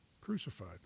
crucified